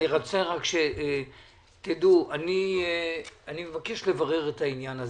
אני רוצה שתדעו: אני מבקש לברר את העניין הזה.